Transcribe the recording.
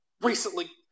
recently